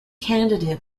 candidate